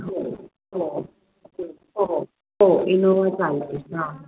हो हो हो हो हो इनोवा चालते हां